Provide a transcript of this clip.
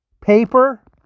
paper